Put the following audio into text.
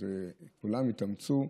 כולם התאמצו.